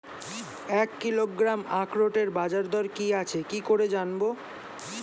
এক কিলোগ্রাম আখরোটের বাজারদর কি আছে কি করে জানবো?